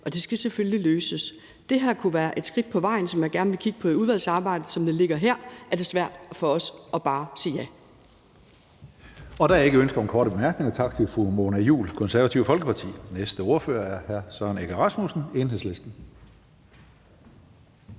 og det skal selvfølgelig løses. Det her kunne være et skridt på vejen, som jeg gerne vil kigge på i udvalgsarbejdet. Som det ligger her, er det svært for os bare at sige ja. Kl. 14:41 Tredje næstformand (Karsten Hønge): Der er ikke ønske om korte bemærkninger. Tak til fru Mona Juul, Det Konservative Folkeparti. Den næste ordfører er hr. Søren Egge Rasmussen, Enhedslisten.